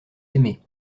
aimés